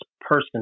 person